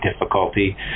difficulty